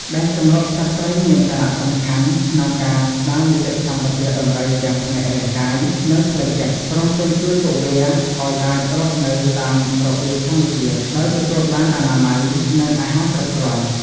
ដែនជម្រកសត្វព្រៃមានសារៈសំខាន់ក្នុងការ ស្តារនីតិសម្បទាដំរីទាំងផ្នែករាងកាយ និងផ្លូវចិត្ត ព្រមទាំងជួយពួកវាឲ្យអាចរស់នៅតាមរបៀបធម្មជាតិ ដោយទទួលបានអនាម័យ និងអាហារគ្រប់គ្រាន់។